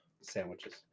sandwiches